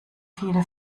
viele